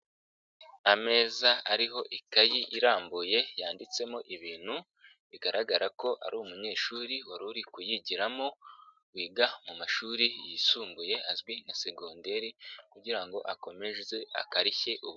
Ameza ariho ikayi irambuye yanditsemo ibintu bigaragara ko ari umunyeshuri wari uri kuyigiramo, wiga mu mashuri yisumbuye azwi nka segonderi kugira ngo akomeze akarishye ubumenyi.